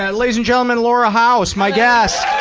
and ladies and gentleman, laura house, my guest.